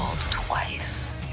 twice